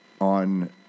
on